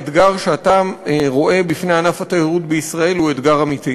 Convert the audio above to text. האתגר שאתה רואה בפני ענף התיירות בישראל הוא אתגר אמיתי.